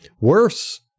Worse